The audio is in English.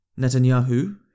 Netanyahu